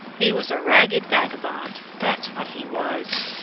he was a ragged vagabond, that's what he was.